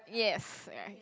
yes right